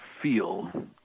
feel